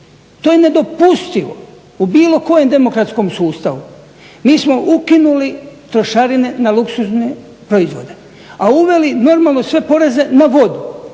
to je nedopustivo u bilo kojem demokratskom sustavu. Mi smo ukinuli trošarine na luksuzne proizvode, a uveli normalno sve poreze na vodu,